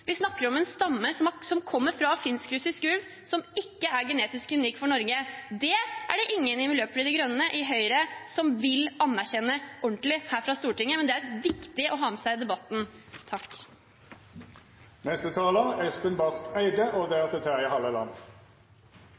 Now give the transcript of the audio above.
Vi snakker om en stamme som kommer fra finsk-russisk ulv, som ikke er genetisk unik for Norge. Det er det ingen i Miljøpartiet De Grønne eller i Høyre som vil anerkjenne ordentlig her på Stortinget, men det er viktig å ha med seg i debatten.